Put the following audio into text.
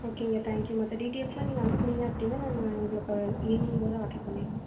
ஓகேங்க thank you மற்ற டீட்டெய்ல்ஸெலாம் நீங்கள் அனுப்புனீங்க அப்படின்னா நாங்கள் உங்களுக்கு ஈவ்னிங் போல் ஆட்ரு பண்ணிடுவோம்